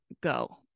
go